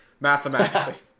mathematically